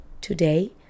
today